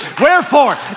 wherefore